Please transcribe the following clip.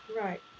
Right